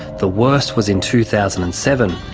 the worst was in two thousand and seven,